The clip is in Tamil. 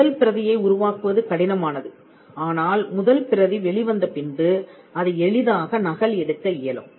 முதல் பிரதியை உருவாக்குவது கடினமானது ஆனால் முதல் பிரதி வெளிவந்த பின்பு அதை எளிதாக நகல் எடுக்க இயலும்